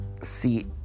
see